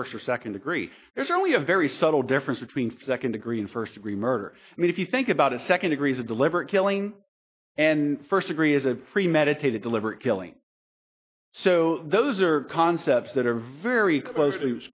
first or second degree there's only a very subtle difference between for second degree and first degree murder i mean if you think about a second degrees of deliberate killing and first degree is a premeditated deliberate killing so those are concepts that are very closely